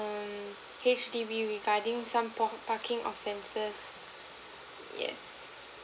H_D_B regarding some park parking offences yes